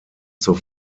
zur